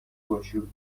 گشود